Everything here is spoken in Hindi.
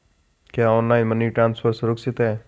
क्या ऑनलाइन मनी ट्रांसफर सुरक्षित है?